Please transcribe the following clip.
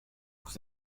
vous